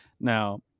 Now